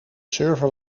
server